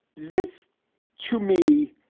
this to me.